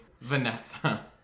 Vanessa